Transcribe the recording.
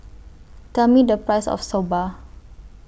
Tell Me The Price of Soba